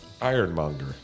Ironmonger